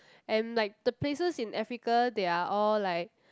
and like the places in Africa they are all like